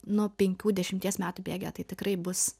nu penkių dešimties metų bėgyje tai tikrai bus